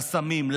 לסמים,